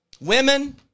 Women